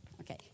Okay